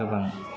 गोबां